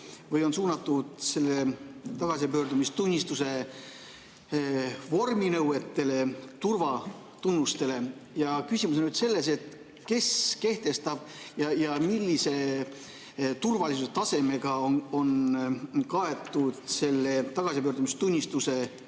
on suunatud selle tagasipöördumistunnistuse vorminõuetele, turvatunnustele. Küsimus on nüüd selles, kes kehtestab ja millise turvalisuse tasemega on kaetud selle tagasipöördumistunnistuse